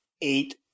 eight